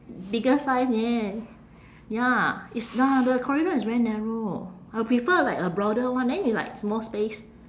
bigger size yes ya it's ya the corridor is very narrow I would prefer like a broader one then it's like more space